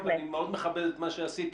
ואני מאוד מכבד את מה שעשיתם.